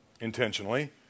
intentionally